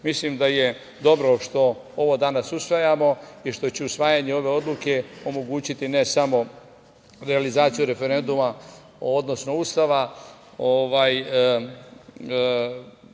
da je dobro što ovo danas usvajamo i što će usvajanje ove odluke omogućiti ne samo realizaciju referenduma, odnosno Ustava,